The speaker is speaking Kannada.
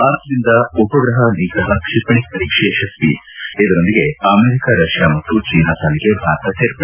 ಭಾರತದಿಂದ ಉಪಗ್ರಹ ನಿಗ್ರಹ ಕ್ಷಿಪಣಿ ಪರೀಕ್ಷೆ ಯಶಸ್ನಿ ಇದರೊಂದಿಗೆ ಆಮೆರಿಕ ರಷ್ಲಾ ಮತ್ತು ಚೀನಾ ಸಾಲಿಗೆ ಭಾರತ ಸೇರ್ಪಡೆ